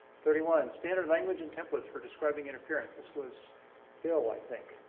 thirty one, standard language and templates for describing interference. this was bill, i think.